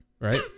right